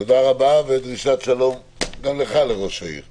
תודה רבה ודרישת שלום גם לראש העיר שלך.